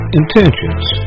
intentions